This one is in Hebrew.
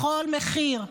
בכל מחיר.